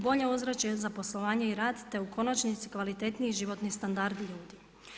Bolje ozračje za poslovanje i rad te u konačnici kvalitetniji životni standard ljudi.